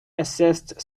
assist